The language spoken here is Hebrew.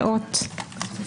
תופסת את המיקרופון,